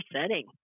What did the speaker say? setting